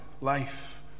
life